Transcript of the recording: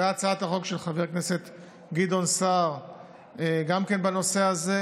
וגם הצעת החוק של חבר הכנסת גדעון סער בנושא הזה.